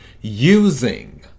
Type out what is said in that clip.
using